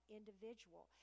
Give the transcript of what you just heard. individual